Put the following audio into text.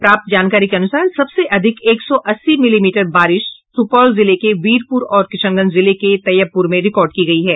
प्राप्त जानकारी के अनुसार सबसे अधिक एक सौ अस्सी मिलीमीटर बारिश सुपौल जिले के वीरपुर और किशनगंज जिले के तैयबपुर में रिकॉर्ड की गयी है